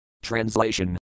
Translation